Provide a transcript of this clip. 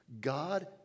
God